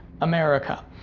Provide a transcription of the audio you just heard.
America